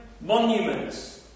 monuments